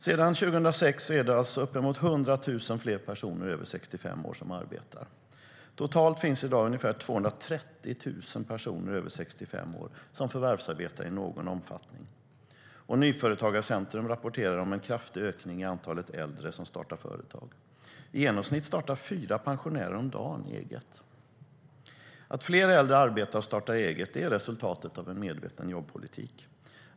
Sedan 2006 är det alltså 100 000 fler personer över 65 år som arbetar. Totalt finns i dag ungefär 230 000 personer över 65 år som förvärvsarbetar i någon omfattning. Nyföretagarcentrum rapporterar om en kraftig ökning av antalet äldre som startar företag. I genomsnitt startar fyra pensionärer om dagen eget företag. Att fler äldre arbetar och startar eget är resultatet av en medveten jobbpolitik.